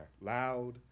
loud